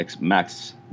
max